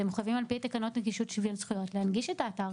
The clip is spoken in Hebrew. אתם מחויבים על-פי תקנות נגישות שוויון זכויות להנגיש את האתר).